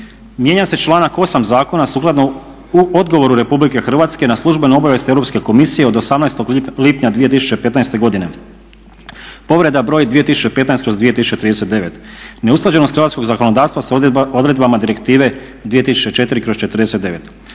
Mijenja se članak 8.zakona sukladno odgovoru RH na službenu obavijesti Europske komisije od 18.lipnja 2015. godine. Povreda broj 2015/2039 neusklađenost hrvatskog zakonodavstva sa odredbama direktive 2004/49.